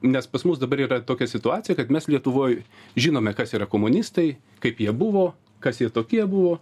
nes pas mus dabar yra tokia situacija kad mes lietuvoj žinome kas yra komunistai kaip jie buvo kas jie tokie buvo